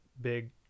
big